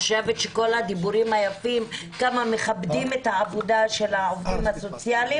כל הדיבורים היפים כמה מכבדים את העבודה של העובדים הסוציאליים